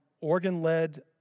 organ-led